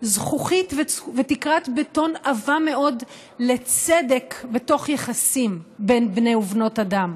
זכוכית ותקרת בטון עבה מאוד לצדק בתוך יחסים בין בני ובנות אדם,